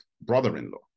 brother-in-law